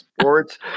sports